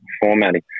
formatting